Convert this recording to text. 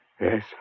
Yes